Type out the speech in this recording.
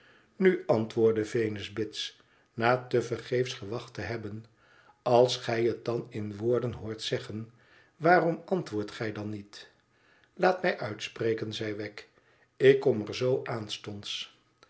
nu antwoordde venus bits na tevergeefs gewacht te hebben ais gij het dan in woorden hoort zeggen waarom antwoordt gij dan niet laat mij uitspreken zei wegg i ik kom er zoo